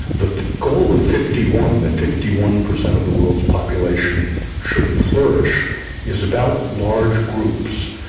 the goal of fifty one that fifty one per cent of the world's population should flourish is about large groups.